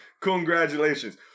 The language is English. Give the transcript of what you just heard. Congratulations